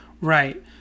Right